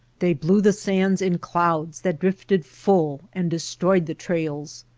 they blew the sands in clouds that drifted full and destroyed the trails.